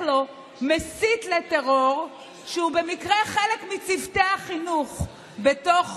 לו מסית לטרור שהוא במקרה חלק מצוותי החינוך בתוך